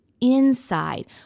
inside